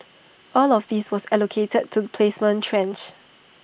all of this was allocated to the placement tranche